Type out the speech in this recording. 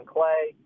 Clay